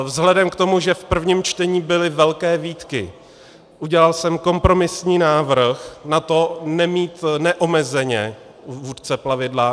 Vzhledem k tomu, že v prvním čtení byly velké výtky, udělal jsem kompromisní návrh na to nemít neomezeně vůdce plavidla.